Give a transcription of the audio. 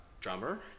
drummer